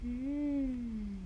mm